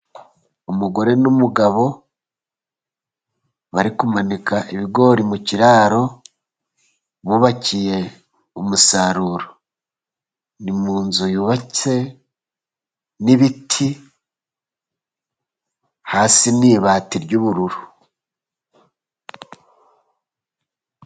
Umugore n'umugabo bari kumanika ibigori mu kiraro bubakiye umusaruro. Ni mu nzu yubatse n'ibiti, hasi ni ibati ry'ubururu.